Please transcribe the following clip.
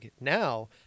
Now